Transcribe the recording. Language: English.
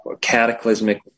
cataclysmic